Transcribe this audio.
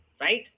right